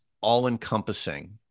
all-encompassing